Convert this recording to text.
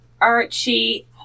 Archie